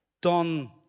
Don